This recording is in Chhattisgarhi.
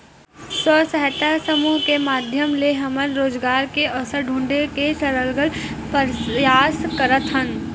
स्व सहायता समूह के माधियम ले हमन रोजगार के अवसर ढूंढे के सरलग परयास करत हन